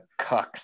cucks